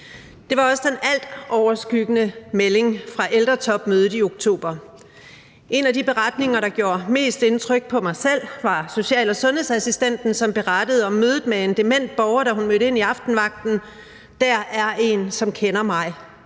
Det var også den altoverskyggende melding fra ældretopmødet i oktober. En af de beretninger, der gjorde mest indtryk på mig selv, var social- og sundhedsassistentens, som berettede om mødet med en dement borger, da hun mødte ind på aftenvagt: Der er en, som kender mig,